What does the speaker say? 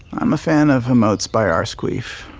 i'm a fan of emotes by arsequeef,